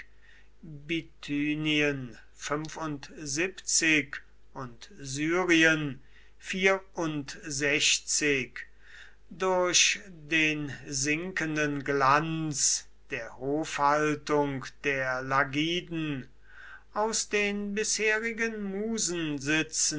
bithynien und syrien durch den sinkenden glanz der hofhaltung der lagiden aus den bisherigen